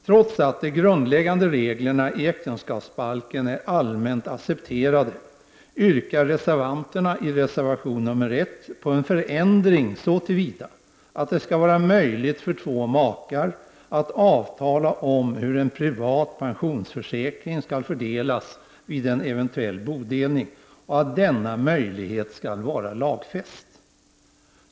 Trots att de grundläggande reglerna i äktenskapsbalken är allmänt accepterade, yrkar reservanterna i reservation 1 på en förändring så till vida att det skall vara möjligt för två makar att avtala om hur en privat pensionsförsäkring skall fördelas vid en eventuell bodelning och att denna möjlighet skall vara lagfäst.